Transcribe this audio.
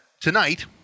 Tonight